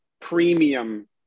premium